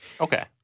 Okay